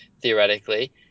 theoretically